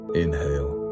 inhale